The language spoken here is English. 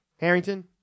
Harrington